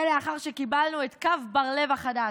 זה לאחר שקיבלנו את קו בר לב החדש,